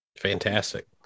Fantastic